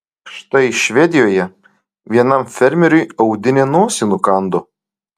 štai švedijoje vienam fermeriui audinė nosį nukando